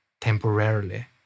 temporarily